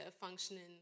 functioning